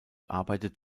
arbeitet